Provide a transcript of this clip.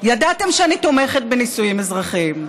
ידעתם שאני תומכת בנישואים אזרחיים,